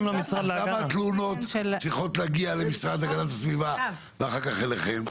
למה תלונות צריכות להגיע למשרד להגנת הסביבה ואחר כך אליכם?